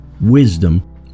wisdom